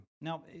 Now